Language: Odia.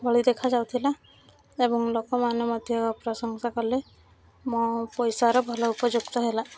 ଭଳି ଦେଖାଯାଉଥିଲା ଏବଂ ଲୋକମାନେ ମଧ୍ୟ ପ୍ରଶଂସା କଲେ ମୋ ପଇସାର ଭଲ ଉପଯୁକ୍ତ ହେଲା